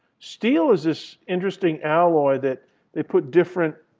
steel is this interesting alloy that they put different